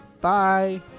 bye